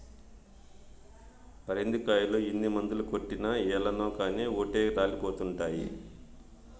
పరింద కాయలు ఎన్ని మందులు కొట్టినా ఏలనో కానీ ఓటే రాలిపోతండాయి